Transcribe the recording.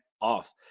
off